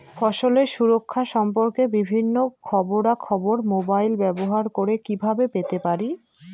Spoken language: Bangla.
ফসলের সুরক্ষা সম্পর্কে বিভিন্ন খবরা খবর মোবাইল ব্যবহার করে কিভাবে পেতে পারি?